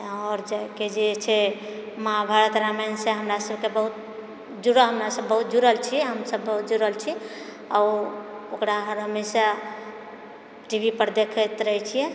आओर जइ कऽ जे छै महाभारत रामायण से हमरा सभकेँ बहुत जुड़ा हमरसँ बहुत जुड़ल छी हमसभ बहुत जुड़ल छी ओ ओकरा हर हमेशा टी वी पर देखैत रहै छियै